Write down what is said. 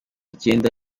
icyenda